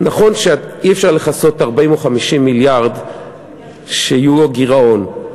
נכון שאי-אפשר לכסות 40 או 50 מיליארד שיהיו הגירעון,